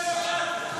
דמוקרטיה.